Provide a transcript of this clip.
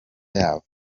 yabo